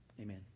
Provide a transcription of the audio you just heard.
Amen